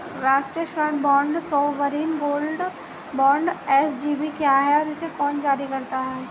राष्ट्रिक स्वर्ण bond sovereign gold bond SGB क्या है और इसे कौन जारी करता है?